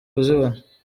kuzibona